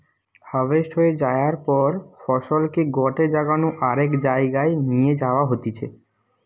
harvest হয়ে যায়ার পর ফসলকে গটে জাগা নু আরেক জায়গায় নিয়ে যাওয়া হতিছে